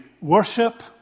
Worship